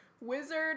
wizard